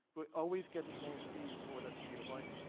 we always get the same speed for the speed of light.